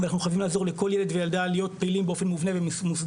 ואנחנו חייבים לעזור לכל ילד וילדה להיות פעילים באופן מובנה ומוסדר.